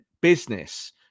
business